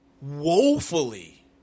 woefully